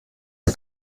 der